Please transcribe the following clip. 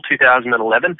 2011